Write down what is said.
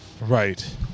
Right